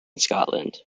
scotland